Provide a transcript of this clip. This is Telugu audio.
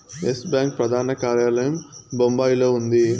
ఎస్ బ్యాంకు ప్రధాన కార్యాలయం బొంబాయిలో ఉంది